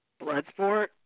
Bloodsport